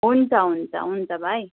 हुन्छ हुन्छ हुन्छ भाइ